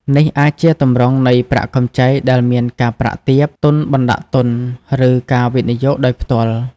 នេះអាចជាទម្រង់នៃប្រាក់កម្ចីដែលមានការប្រាក់ទាប ទុនបណ្តាក់ទុនឬការវិនិយោគដោយផ្ទាល់ ។